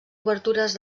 obertures